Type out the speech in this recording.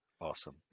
Awesome